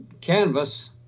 canvas